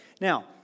Now